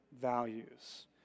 values